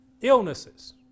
illnesses